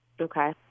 Okay